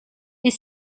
est